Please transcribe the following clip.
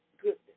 goodness